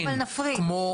כמו "פנטה".